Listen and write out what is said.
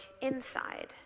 inside